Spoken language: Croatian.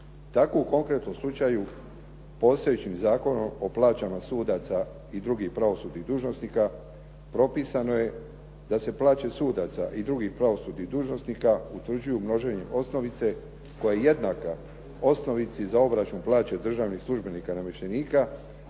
Tako u konkretnom slučaju postojećim Zakonom o plaćama sudaca i drugih pravosudnih dužnosnika propisano je da se plaće sudaca i drugih pravosudnih dužnosnika utvrđuju množenjem osnovice koja je jednaka osnovici za obračun plaće državnih službenika i namještenika